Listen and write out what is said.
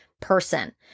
person